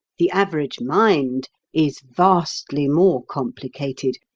the average mind is vastly more complicated,